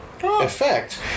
Effect